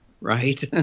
right